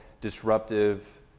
disruptive